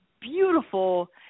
beautiful